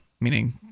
meaning